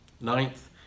Ninth